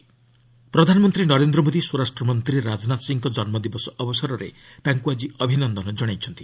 PM Rajnath ପ୍ରଧାନମନ୍ତ୍ରୀ ନରେନ୍ଦ୍ର ମୋଦି ସ୍ୱରାଷ୍ଟ୍ରମନ୍ତ୍ରୀ ରାଜନାଥ ସିଂଙ୍କ ଜନ୍ମଦିବସ ଅବସରରେ ତାଙ୍କୁ ଆଜି ଅଭିନନ୍ଦନ କଣାଇଛନ୍ତି